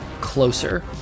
closer